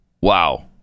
Wow